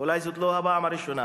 ואולי זאת לא הפעם הראשונה,